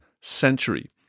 century